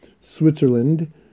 Switzerland